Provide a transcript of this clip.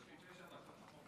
יש לי תשע דקות, נכון?